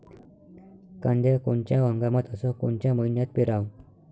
कांद्या कोनच्या हंगामात अस कोनच्या मईन्यात पेरावं?